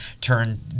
turn